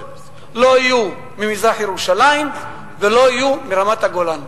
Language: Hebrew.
לא יהיו ממזרח-ירושלים ולא יהיו מרמת-הגולן.